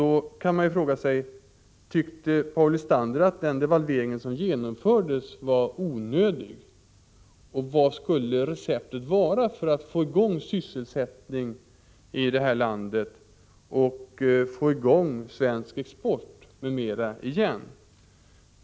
Då kan man fråga sig: Tycker Paul Lestander att den devalvering som genomfördes var onödig? Vad skulle receptet vara att få i gång sysselsättning i det här landet och att få svensk export i gång igen?